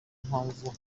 mpamvu